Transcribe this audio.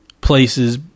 places